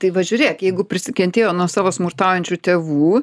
tai va žiūrėk jeigu prisikentėjo nuo savo smurtaujančių tėvų